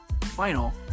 final